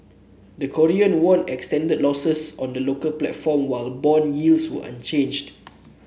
the Korean won extended losses on the local platform while bond yields were unchanged